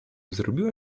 zrobiła